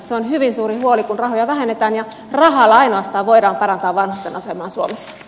se on hyvin suuri huoli kun rahoja vähennetään ja rahalla ainoastaan voidaan parantaa vanhusten asemaa suomessa